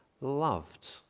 loved